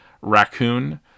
raccoon